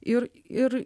ir ir